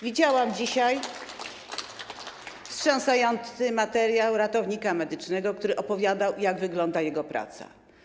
Widziałam dzisiaj wstrząsający materiał ratownika medycznego, który opowiadał, jak wygląda jego praca.